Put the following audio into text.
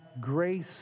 grace